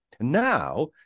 Now